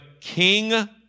king